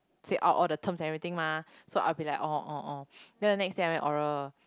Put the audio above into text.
say out all the terms and everything mah so I will be like oh oh oh then the next day I went oral